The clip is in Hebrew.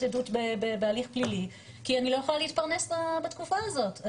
עדות בהליך פלילי כי אני לא יכולה להתפרנס בתקופה הזאת,